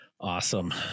Awesome